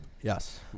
Yes